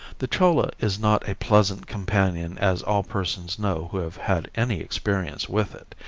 the cholla is not a pleasant companion as all persons know who have had any experience with it.